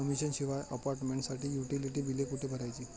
Commission शिवाय अपार्टमेंटसाठी utility बिले कुठे भरायची?